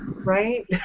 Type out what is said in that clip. Right